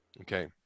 okay